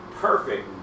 Perfect